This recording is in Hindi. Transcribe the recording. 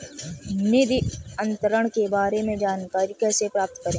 निधि अंतरण के बारे में जानकारी कैसे प्राप्त करें?